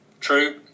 True